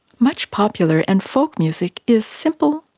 much popular and folk music is simple,